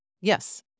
Yes